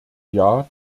jahr